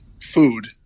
food